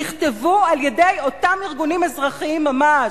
נכתבו על-ידי אותם ארגונים אזרחיים ממש,